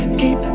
keep